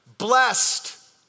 blessed